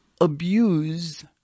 abuse